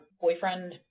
boyfriend